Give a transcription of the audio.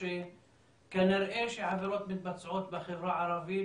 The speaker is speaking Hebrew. שכנראה שהעבירות מתבצעות בחברה הערבית